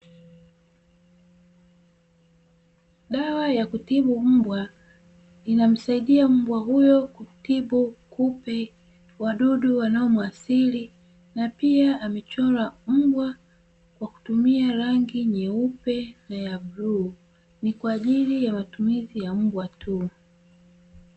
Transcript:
Dawa ya kutibu mbwa inamsaidia mbwa huyo kutibu kupe, wadudu wanaomwathiri na pia amechorwa mbwa kwa kutumia rangi nyeupe na ya bluu ni kwa ajili ya matumizi ya mbwa tu.